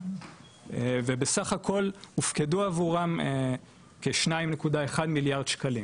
ובסך הכל הופקדו עבורם כ- 2.1 מיליארד שקלים,